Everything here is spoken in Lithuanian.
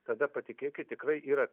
tada patikėkit tikrai yra